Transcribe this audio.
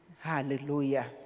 Hallelujah